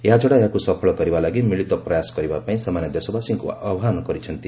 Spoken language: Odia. ଏହାଛଡ଼ା ଏହାକୁ ସଫଳ କରିବାଲାଗି ମିଳିତ ପ୍ରୟାସ କରିବାପାଇଁ ସେମାନେ ଦେଶବାସୀଙ୍କୁ ଆହ୍ୱାନ ଦେଇଛନ୍ତି